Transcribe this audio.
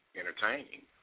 entertaining